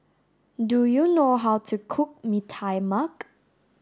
do you know how to cook Mee Tai Mak